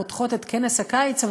פותחות את כנס הקיץ,